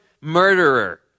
murderer